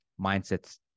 mindsets